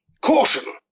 Caution